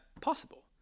possible